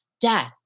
Dad